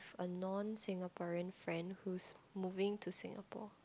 a non Singaporean friend who's moving to Singapore